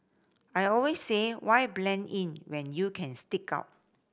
I always say why blend in when you can stick out